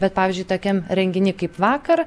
bet pavyzdžiui tokiam renginy kaip vakar